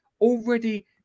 already